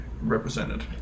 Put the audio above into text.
represented